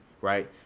right